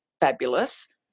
fabulous